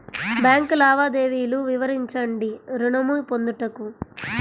Bank లావాదేవీలు వివరించండి ఋణము పొందుటకు?